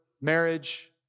marriage